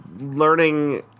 learning